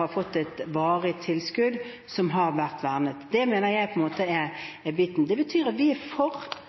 har fått et varig tilskudd som har vært vernet. Vi har økt på en rekke poster for frivillige organisasjoner. Vi har også redusert på noen ordninger. Det betyr at vi